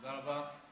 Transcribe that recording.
תודה רבה.